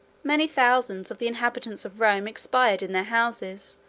many thousands of the inhabitants of rome expired in their houses,